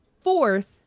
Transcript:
fourth